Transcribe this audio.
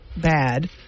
bad